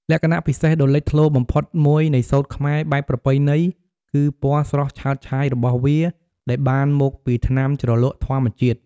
លក្ខណៈពិសេសដ៏លេចធ្លោបំផុតមួយនៃសូត្រខ្មែរបែបប្រពៃណី គឺពណ៌ស្រស់ឆើតឆាយរបស់វាដែលបានមកពី ថ្នាំជ្រលក់ធម្មជាតិ។